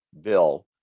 bill